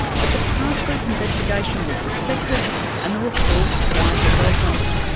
but the task group investigation was respected and the report widely welcomed.